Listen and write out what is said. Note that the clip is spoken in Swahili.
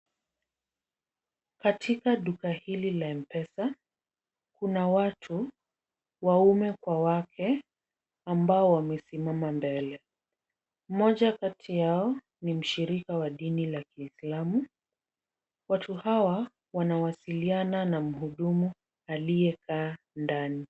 Katika duka hili la mpesa kuna watu waume kwa wake ambao wamesimama mbele. Mmoja kati yao ni mshirika wa dini la kiislamu. Watu hawa wanawasiliana na mhudumu aliyekaa ndani.